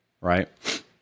right